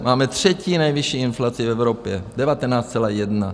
Máme třetí nejvyšší inflaci v Evropě 19,1.